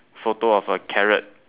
photo of a carrot